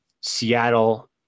Seattle